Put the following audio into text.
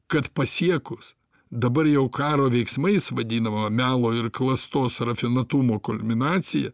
kad pasiekus dabar jau karo veiksmais vadinamą melo ir klastos rafinuotumo kulminaciją